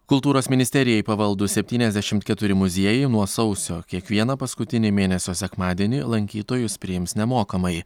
kultūros ministerijai pavaldus septyniasdešimt keturi muziejai nuo sausio kiekvieną paskutinį mėnesio sekmadienį lankytojus priims nemokamai